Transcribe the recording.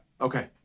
Okay